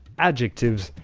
adjectives.